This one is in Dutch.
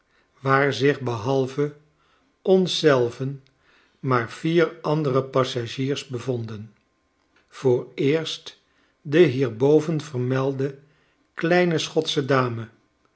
waar zich behalve ons zelven maar vier andere passagiers bevonden vooreerstde hierboven vermelde kleine schotsche dame